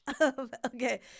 Okay